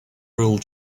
rule